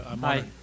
Hi